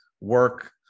work